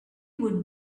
would